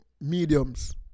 mediums